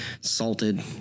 salted